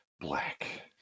black